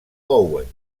owen